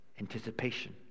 anticipation